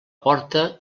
porta